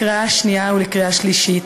לקריאה שנייה ולקריאה שלישית.